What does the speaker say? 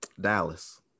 Dallas